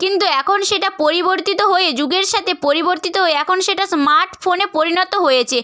কিন্তু এখন সেটা পরিবর্তিত হয়ে যুগের সাথে পরিবর্তিত হয়ে এখন সেটা স্মার্ট ফোনে পরিণত হয়েছে